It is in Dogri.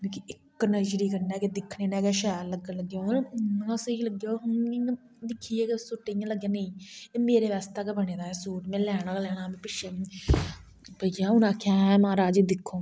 मिगी इक नजरी कन्नै दिक्खने कन्नै गै शैल लग्गन लगी ओह् मतलब बड़ा स्हेई लग्गेआ दिक्खियै गै उस सुटे गी इयां लग्गेआ नेईं एह् मेरे आस्तै गै बने दा ऐ सूट में लैना गै लैना ऐ उनें आखेआ महाराज दिक्खो